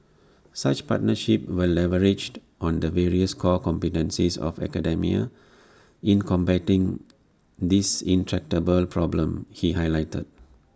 such partnerships will leverage on the various core competencies of academia in combating this intractable problem he highlighted